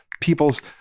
people's